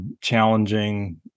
challenging